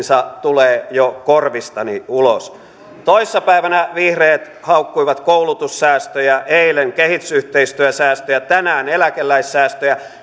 tulee jo korvistani ulos toissa päivänä vihreät haukkuivat koulutussäästöjä eilen kehitysyhteistyösäästöjä tänään eläkeläissäästöjä